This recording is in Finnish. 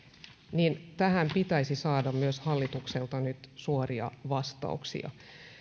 että tähän pitäisi saada myös hallitukselta nyt suoria vastauksia